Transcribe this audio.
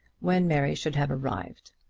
when mary should have arrived.